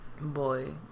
Boy